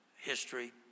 history